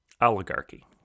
Oligarchy